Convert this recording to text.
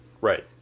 Right